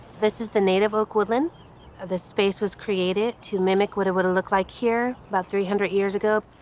this is the native equivalent ah the space was created to mimic what it would look like here about three hundred years ago.